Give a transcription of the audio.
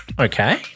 Okay